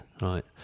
right